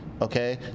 Okay